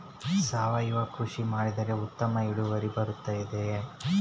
ಸಾವಯುವ ಕೃಷಿ ಮಾಡಿದರೆ ಉತ್ತಮ ಇಳುವರಿ ಬರುತ್ತದೆಯೇ?